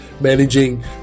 managing